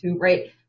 right